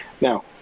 Now